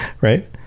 Right